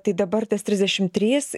tai dabar tas trisdešim trys